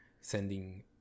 sending